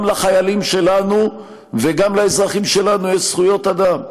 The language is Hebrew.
גם לחיילים שלנו וגם לאזרחים שלנו יש זכויות אדם,